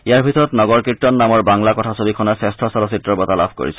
ইয়াৰ ভিতৰত নগৰকীৰ্তন নামৰ বঙালী কথাছবিখনে শ্ৰেষ্ঠ চলচ্চিত্ৰৰ বঁটা লাভ কৰিছে